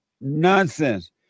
nonsense